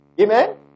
Amen